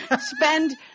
Spend